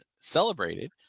celebrated